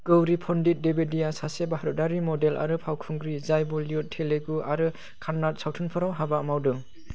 गौरी पन्डित द्विवेदीआ सासे भारतआरि मडेल आरो फावखुंग्रि जाय बलीवुड तेलुगु आरो कन्नड़ सावथुनफोराव हाबा मावदों